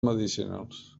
medicinals